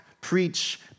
preach